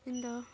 ᱤᱧᱫᱚ